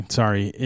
sorry